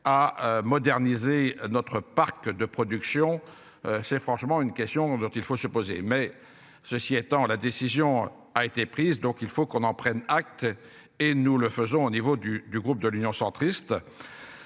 à moderniser notre parc de production, c'est franchement une question dont il faut se poser. Mais ceci étant, la décision a été prise, donc il faut qu'on en prenne acte et nous le faisons au niveau du, du groupe de l'Union centriste.